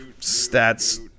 stats